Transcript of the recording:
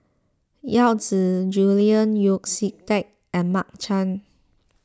Yao Zi Julian Yeo See Teck and Mark Chan